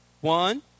One